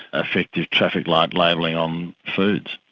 effective traffic light labelling on foods.